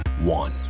one